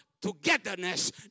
togetherness